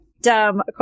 dumb